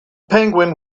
penguin